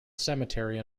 cemetery